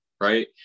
right